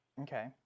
Okay